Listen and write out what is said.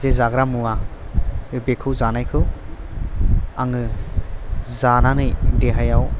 जे जाग्रा मुवा बेखौ जानायखौ आङो जानानै देहायाव